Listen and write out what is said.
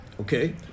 Okay